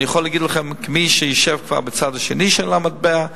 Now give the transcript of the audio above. אני יכול להגיד לכם כמי שכבר ישב בצד השני של המטבע,